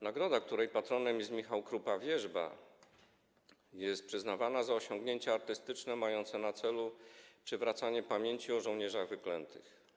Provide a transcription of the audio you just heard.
Nagroda, której patronem jest Michał Krupa „Wierzba”, jest przyznawana za osiągnięcia artystyczne mające na celu przywracanie pamięci o żołnierzach wyklętych.